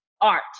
art